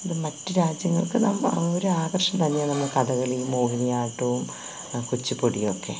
ഇത് മറ്റു രാജ്യങ്ങൾക്ക് നമ്മൾ ഒരു ആകർഷണം തന്നെയാണ് കഥകളിയും മോഹിനിയാട്ടവും കുച്ചിപ്പുടിയുമൊക്കെ